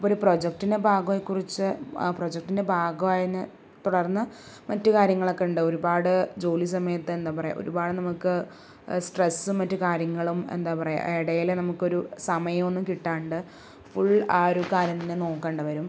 ഇപ്പോൾ ഒരു പ്രൊജക്റ്റിൻ്റെ ഭാഗം ആയി കുറിച്ച് പ്രൊജക്റ്റിൻ്റെ ഭാഗമായതിനെ തുടർന്ന് മറ്റുകാര്യങ്ങളൊക്കെ ഉണ്ട് ഒരുപാട് ജോലി സമയത്ത് എന്താ പറയുക ഒരുപാട് നമുക്ക് സ്ട്രെസ്സും മറ്റു കാര്യങ്ങളും എന്താ പറയുക ഇടയിൽ നമുക്കൊരു സമയം ഒന്നും കിട്ടാണ്ട് ഫുൾ ആ ഒരു കാര്യം തന്നെ നോക്കേണ്ടി വരും